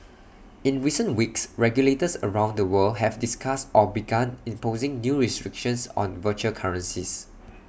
in recent weeks regulators around the world have discussed or begun imposing new restrictions on virtual currencies